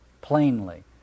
plainly